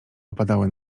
opadały